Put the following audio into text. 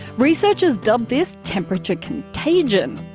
researchers dubbed this temperature contagion.